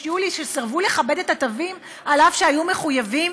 שסירבו לכבד את התווים בחודש יולי אף שהיו מחויבים?